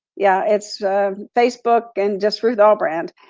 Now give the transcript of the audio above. yeah it's facebook, and just ruth ahlbrand.